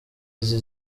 izi